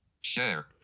Share